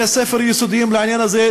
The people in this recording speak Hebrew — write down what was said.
בתי-ספר יסודיים בעניין הזה,